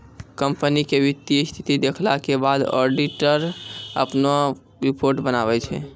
company के वित्तीय स्थिति देखला के बाद ऑडिटर अपनो रिपोर्ट बनाबै छै